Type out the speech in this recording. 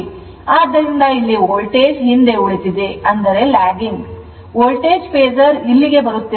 ಆದ್ದರಿಂದ ಇಲ್ಲಿ ವೋಲ್ಟೇಜ್ ಹಿಂದೆ ಉಳಿದಿದೆ ವೋಲ್ಟೇಜ್ ಫೇಸರ್ ಇಲ್ಲಿಗೆ ಬರುತ್ತಿರುವುದರಿಂದ ವೋಲ್ಟೇಜ್ ಮಂದಗತಿಯಲ್ಲಿದೆ